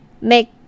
make